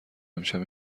امشب